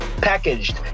packaged